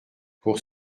pour